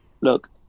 look